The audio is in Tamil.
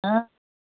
ஆ